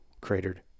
cratered